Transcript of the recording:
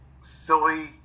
silly